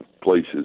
places